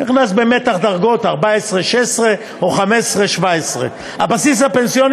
נכנס במתח דרגות 14 16 או 15 17. הבסיס הפנסיוני,